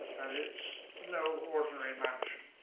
and it's no ordinary mansion.